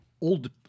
old